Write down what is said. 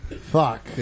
Fuck